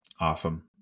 Awesome